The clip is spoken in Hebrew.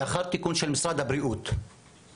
לאחר תיקון של משרד הבריאות לתוכנית,